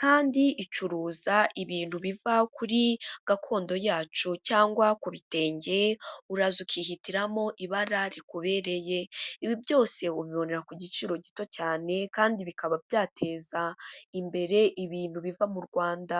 kandi icuruza ibintu biva kuri gakondo yacu, cyangwa ku bitenge, uraza ukihitiramo ibara rikubereye, ibi byose ubibonera ku giciro gito cyane kandi bikaba byateza imbere ibintu biva mu Rwanda.